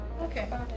Okay